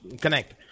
Connect